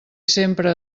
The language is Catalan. sempre